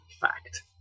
fact